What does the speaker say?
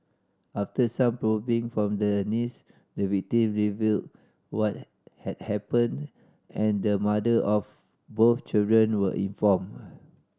after some probing from the niece the victim revealed what had happened and the mother of both children were informed